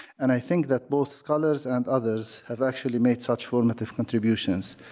and i think that both scholars and others have actually made such formative contributions,